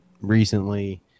recently